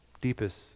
deepest